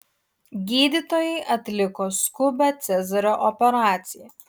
gydytojai atliko skubią cezario operaciją